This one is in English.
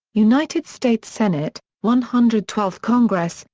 united states senate, one hundred twelfth congress,